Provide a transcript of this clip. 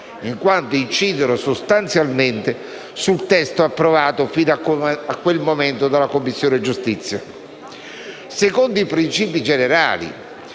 in quanto incidono sostanzialmente sul testo approvato fin a quel momento dalla Commissione giustizia;